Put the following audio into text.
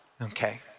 Okay